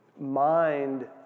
mind